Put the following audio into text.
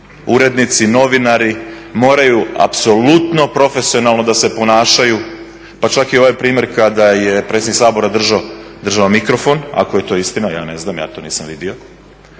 urednici, novinari moraju apsolutno profesionalno se ponašati pa čak i ovaj primjer kada je predsjednik Sabora držao mikrofon, ako je to istina, ja ne znam ja to nisam vidio.